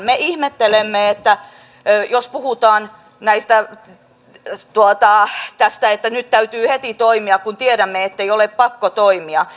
me ihmettelemme jos puhutaan tästä että nyt täytyy heti toimia kun tiedämme ettei ole pakko toimia